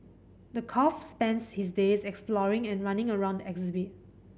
the calf spends his days exploring and running around exhibit